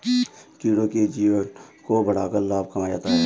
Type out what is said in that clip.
कीड़ों के जीवन को बढ़ाकर लाभ कमाया जाता है